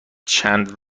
چند